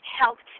helped